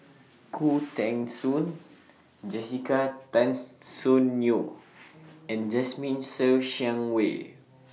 Khoo Teng Soon Jessica Tan Soon Neo and Jasmine Ser Xiang Wei